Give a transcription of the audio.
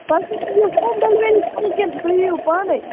تۄہہِ چھُو home delivery کَرٕنۍ کِن تُہۍ یِیِو پانَے